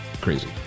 crazy